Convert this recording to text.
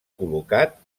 col·locat